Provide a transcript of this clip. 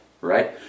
right